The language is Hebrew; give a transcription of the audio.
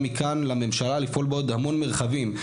מכאן לממשלה לפעול בעוד הרמון מרחבים,